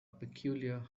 peculiar